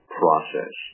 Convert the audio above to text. process